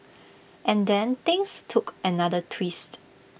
and then things took another twist